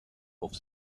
auf